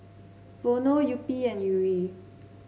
Vono Yupi and Yuri